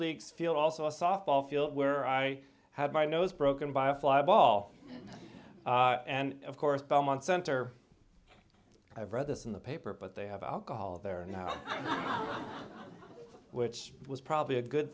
league field also a softball field where i had my nose broken by a fly ball and of course belmont center i've read this in the paper but they have alcohol there now which was probably a good